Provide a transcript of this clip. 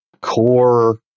core